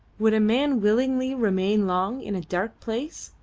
would a man willingly remain long in a dark place?